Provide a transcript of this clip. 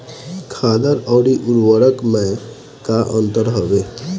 खादर अवरी उर्वरक मैं का अंतर हवे?